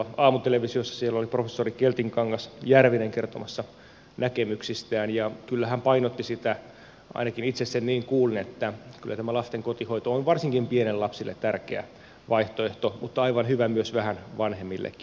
siellä oli professori keltikangas järvinen kertomassa näkemyksistään ja kyllä hän painotti sitä ainakin itse sen niin kuulin että kyllä tämä lasten kotihoito on varsinkin pienille lapsille tärkeä vaihtoehto mutta aivan hyvä myös vähän vanhemmillekin